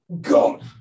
God